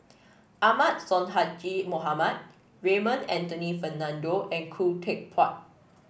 Ahmad Sonhadji Mohamad Raymond Anthony Fernando and Khoo Teck Puat